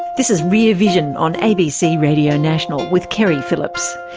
this is rear vision on abc radio national with keri phillips.